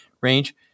range